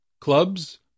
Clubs